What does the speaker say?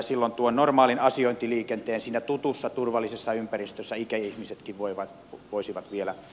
silloin tuon normaalin asiointiliikenteen siinä tutussa turvallisessa ympäristössä ikäihmisetkin voisivat vielä